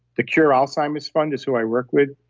the cure alzheimer's fund is who i work with.